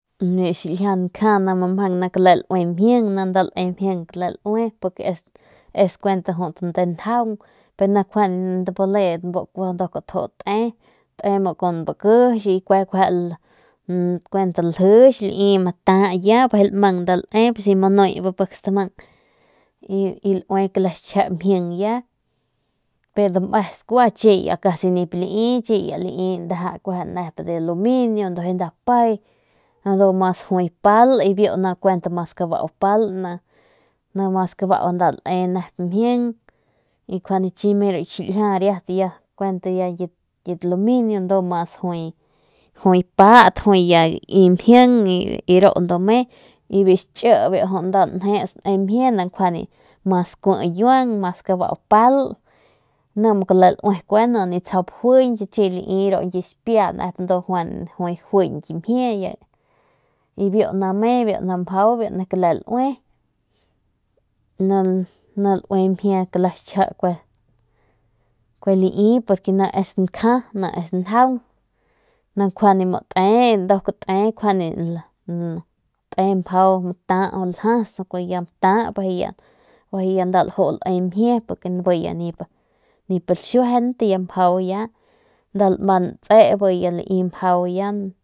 Biu xiljia nkja ni kle laue mjing ni kle laui es kuen de njaung y te biu kun bakix y kuent ljix y chiñi ya me ya lai pur de aluminio bijiy ya mas juay pal ni mas kabau nda lae nep mjing y kjuande chi me ru lami ya pur aluminio y mas juay pal y biu xhi ni kjuande mas kui kiuang mas kabau pal y lai ru kit xipia ndu juay juñky mjie y biu ni me ni mjau ni kle laui te mjau mata mjau ljas ya mjau mata bijiy ya nda laju lae mjie porque bi laxuejent y ya nda laman tse bi ya lai mjau ya.